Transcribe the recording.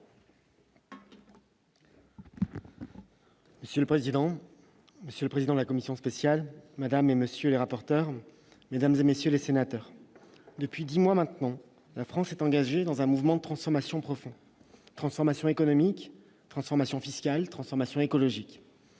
Monsieur le président, monsieur le président de la commission spéciale, madame le rapporteur, monsieur le rapporteur, mesdames, messieurs les sénateurs, depuis dix mois maintenant, la France est engagée dans un mouvement de transformation profond : transformation économique, transformation fiscale, transformation écologique.